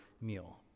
meal